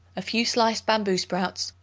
a few sliced bamboo sprouts,